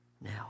now